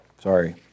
sorry